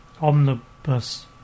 Omnibus